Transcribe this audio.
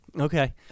Okay